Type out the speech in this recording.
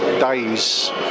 days